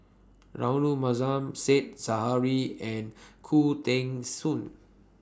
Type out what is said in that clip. Rahayu Mahzam Said Zahari and Khoo Teng Soon